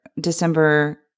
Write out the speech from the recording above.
December